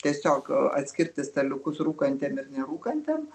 tiesiog a atskirti staliukus rūkantiem nerūkantiem